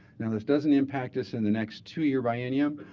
now this doesn't impact us in the next two year biennium,